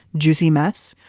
juicy mess.